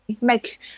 make